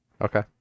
okay